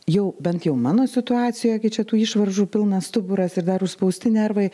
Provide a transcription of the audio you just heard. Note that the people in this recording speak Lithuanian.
jau bent jau mano situacijoje kai čia tų išvaržų pilnas stuburas ir dar užspausti nervai